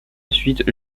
suite